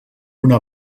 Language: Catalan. una